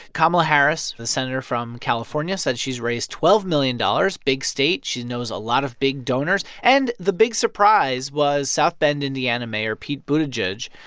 kamala harris, the senator from california, said she's raised twelve million dollars. big state. she knows a lot of big donors. and the big surprise was south bend, ind, and mayor pete buttigieg,